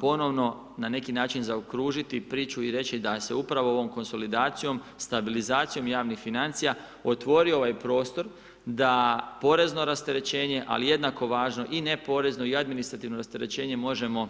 ponovno na neki način zaokružiti priču i reći da se upravo ovom konsolidacijom, stabilizacijom javnih financija, otvori ovaj prostor, da porezno rasterećenje, ali jednako važno i neporezno i administrativno rasterećenje možemo